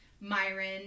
Myron